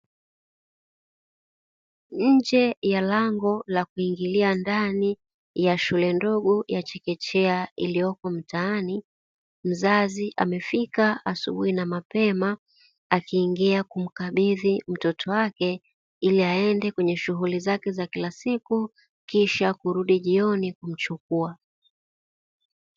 Nje ya lango la kuingilia ndani ya shule ndogo ya chekechea iliyopo mtaani mzazi amefika asubuhi na mapema, akiingia kumkabidhi mtoto wake ili aende kwenye shughuli zake za kila siku kisha kurudi jioni kumchukua.